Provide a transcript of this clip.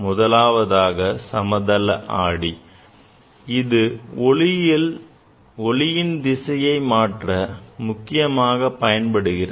முதலாவதாக சமதள ஆடி இது ஒளியின் திசையை மாற்ற முக்கியமாக பயன்படுகிறது